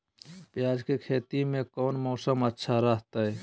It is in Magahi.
प्याज के खेती में कौन मौसम अच्छा रहा हय?